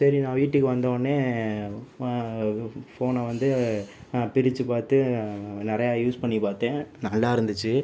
சரி நான் வீட்டுக்கு வந்தவுடனே ஃபோனை வந்து நான் பிரிச்சு பார்த்து நிறையா யூஸ் பண்ணி பார்த்தேன் நல்லா இருந்துச்சு